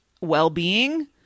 well-being